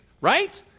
right